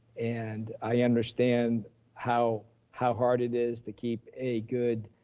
and i understand how how hard it is to keep a good